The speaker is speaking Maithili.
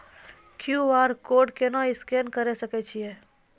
क्यू.आर कोड स्कैन केना करै सकय छियै?